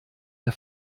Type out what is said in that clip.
der